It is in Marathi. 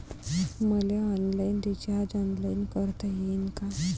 मले मोबाईल रिचार्ज ऑनलाईन करता येईन का?